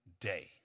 day